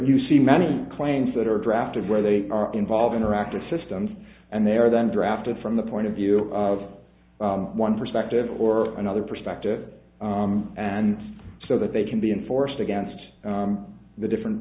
you see many claims that are drafted where they are involved interactive systems and they are then drafted from the point of view of one perspective or another perspective and so that they can be enforced against the different